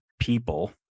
people